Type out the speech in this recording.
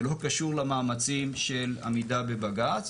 זה לא קשור למאמצים של עמידה בבג"צ.